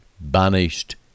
banished